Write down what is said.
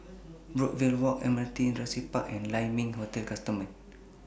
Brookvale Walk Admiralty Industrial Park and Lai Ming Hotel customer